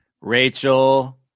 Rachel